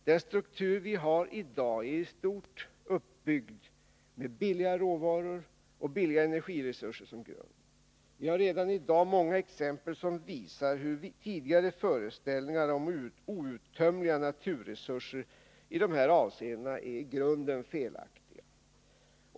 Den struktur vi har i dag är i stort uppbyggd med billiga råvaror och billiga energiresurser som grund. Vi har många exempel som visar hur tidigare föreställningar om outtömliga naturresurser i dessa avseenden är felaktiga.